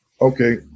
okay